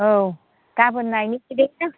औ गाबोन नायनोसै दे